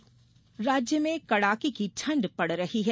मौसम राज्य में कड़ाके की ठंड पड़ रही है